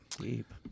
Deep